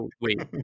wait